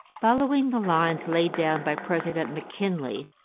following the lines laid down by president mckinley,